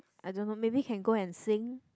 I don't know maybe can go and sing